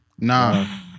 Nah